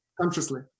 consciously